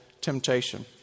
temptation